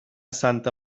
santa